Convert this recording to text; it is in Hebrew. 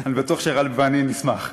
אני בטוח שגאלב ואני נשמח.